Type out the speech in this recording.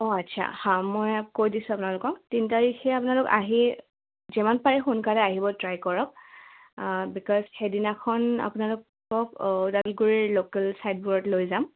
অঁ আচ্ছা হা মই কৈ দিছোঁ আপোনালোকক তিনি তাৰিখে আপোনালোক আহি যিমান পাৰে সোনকালে আহিব ট্ৰাই কৰক বিকজ সেইদিনাখন আপোনালোকক ওদালগুৰিৰ লোকেল চাইডবোৰত লৈ যাম